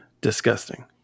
disgusting